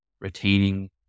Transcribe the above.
retaining